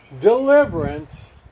deliverance